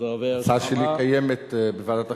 ההצעה שלי קיימת בוועדת החינוך,